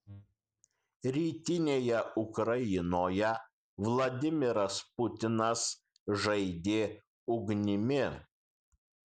rytinėje ukrainoje vladimiras putinas žaidė ugnimi